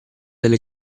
delle